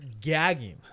gagging